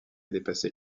dépassé